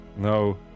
No